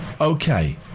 okay